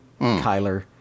Kyler